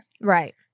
Right